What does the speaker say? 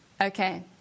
Okay